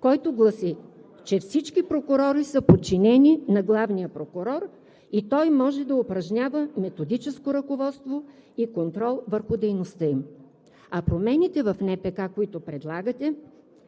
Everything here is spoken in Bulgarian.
която гласи, че всички прокурори са подчинени на главния прокурор и той може да упражнява методическо ръководство и контрол върху дейността им, а промените в НПК, които предлагате,